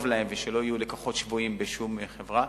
להם ושלא יהיו לקוחות שבויים בשום חברה.